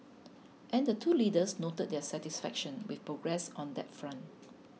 and the two leaders note their satisfaction with progress on that front